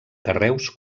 carreus